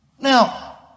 Now